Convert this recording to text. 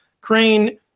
Crane